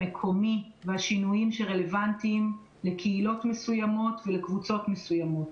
המקומי והשינויים הרלוונטיים לקהילות מסוימות ולקבוצות מסוימות.